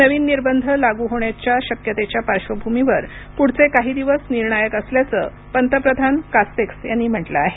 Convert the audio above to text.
नवीन निर्बंध लागू होण्याच्या शक्यतेच्या पार्श्वभूमीवर पुढचे काही दिवस निर्णायक असल्याचं पंतप्रधान कास्तेक्स यांनी म्हटलं आहे